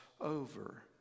over